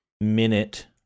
minute